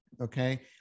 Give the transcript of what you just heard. okay